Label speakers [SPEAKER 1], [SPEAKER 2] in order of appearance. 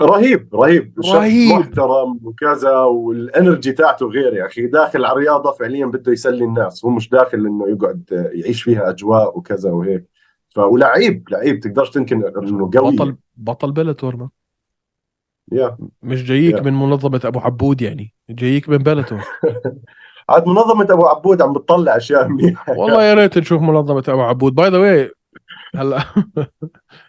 [SPEAKER 1] رهيب- رهيب. شخص
[SPEAKER 2] رهيب.
[SPEAKER 1] محترم وكذا والـenergy تاعته غير يا أخي. يعني داخل على الرياضة فعلياً بده يسلي الناس. هو مش داخل إنه يقعد يعيش فيها أجواء وكذا وهيك. فهو لعيب- لعيب. تقدرش تنكر إنه قوي.
[SPEAKER 2] بطل- بطل Bellator ما.
[SPEAKER 1] Yeah.
[SPEAKER 2] مش جايك
[SPEAKER 1] Yeah.
[SPEAKER 2] من منظمة أبو عبود يعني. جايك من Bellator.
[SPEAKER 1] عاد منظمة أبو عبود عم بتطلع أشياء منيحة.
[SPEAKER 2] والله يا ريت نشوف منظمة أبو عبود. By the way. هلا.